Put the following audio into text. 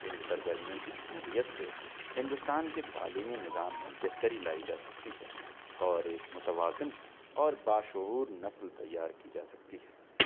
ان سرگرمیوں کی شمولیت سے ہندوستان کے تعلیمی نظام میں بہتری لائی جا سکتی ہے اور ایک متوازن اور باشعور نسل تیار کی جا سکتی ہے